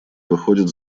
выходит